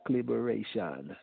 Liberation